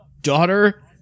Daughter